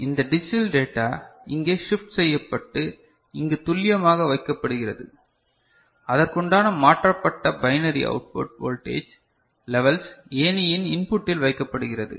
எனவே இந்த digital data இங்கே ஷிப்ட் செய்யப்பட்டு இங்கு துள்ளியமாக வைக்கப்படுகிறது அதற்குண்டான மாற்றப்பட்ட binary output voltage levels ஏணியின் இன் புட்டில் வைக்கப்படுகிறது